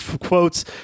quotes